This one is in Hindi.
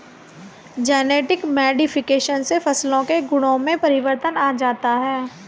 जेनेटिक मोडिफिकेशन से फसलों के गुणों में परिवर्तन आ जाता है